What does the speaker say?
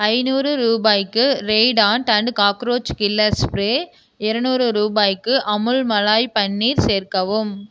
ஐநூறு ரூபாய்க்கு Raid ant and cockroach killer spray இரநூறு ரூபாய்க்கு அமுல் மலாய் பன்னீர் சேர்க்கவும்